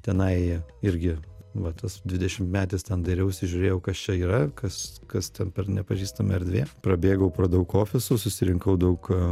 tenai irgi va tas dvidešimtmetis ten dairiausi žiūrėjau kas čia yra kas kas ten per nepažįstama erdvė prabėgau pro daug ofisų susirinkau daug